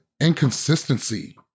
inconsistency